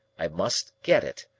i must get it.